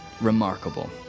remarkable